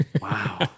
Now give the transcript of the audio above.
Wow